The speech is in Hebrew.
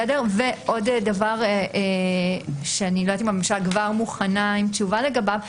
עוד דבר שאני לא יודעת אם הממשלה כבר מוכנה עם תשובה לגביו.